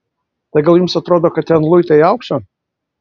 tai gal jums atrodo kad ten luitai aukso